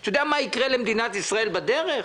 אתה יודע מה יקרה למדינת ישראל בדרך?